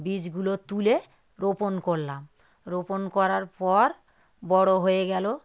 বীজগুলো তুলে রোপণ করলাম রোপণ করার পর বড়ো হয়ে গেলো